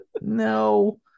no